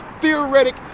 theoretic